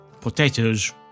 potatoes